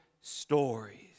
stories